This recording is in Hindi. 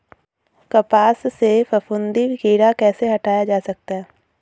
कपास से फफूंदी कीड़ा कैसे हटाया जा सकता है?